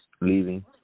leaving